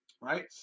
right